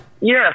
Yes